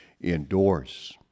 indoors